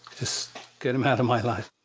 just get him out of my life.